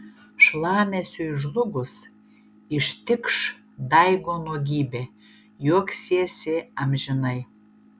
šlamesiui žlugus ištikš daigo nuogybė juoksiesi amžinai